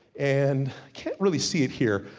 and, can't really see it here,